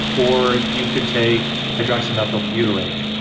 or you could take hydroxymethylbutyrate,